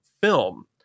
film